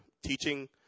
teaching